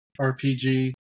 RPG